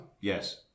Yes